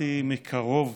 נוכחתי מקרוב